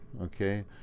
okay